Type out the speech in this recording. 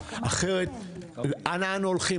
אחרת, אנא אנו הולכים?